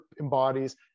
embodies